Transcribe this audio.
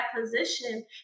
position